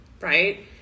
right